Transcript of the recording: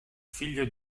figlio